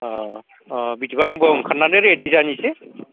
अ अ बिदिब्ला आंबो ओंखारनानै रेडि जानोसै